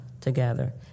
together